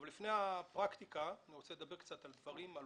אבל לפני הפרקטיקה אני רוצה לדבר קצת על עובדות,